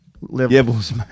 Levels